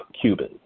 Cuban